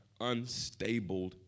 unstable